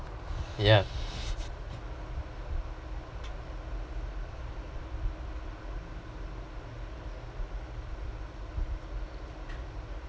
yeah